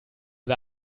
wer